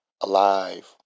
alive